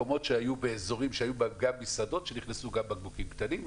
באזורים שהיו בהם גם מסעדות שנכנסו גם בקבוקים קטנים.